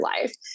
life